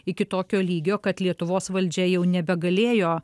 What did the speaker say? iki tokio lygio kad lietuvos valdžia jau nebegalėjo